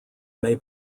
may